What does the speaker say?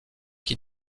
qui